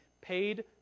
paid